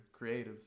creatives